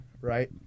right